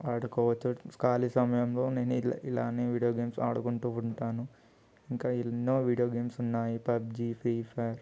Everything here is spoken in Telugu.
ఆడుకోవచ్చు ఖాళీ సమయంలో నేను ఇలా ఇలానే వీడియో గేమ్స్ ఆడుకుంటూ ఉంటాను ఇంకా ఎన్నో వీడియో గేమ్స్ ఉన్నాయి పబ్జి ఫ్రీ ఫైర్